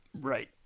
Right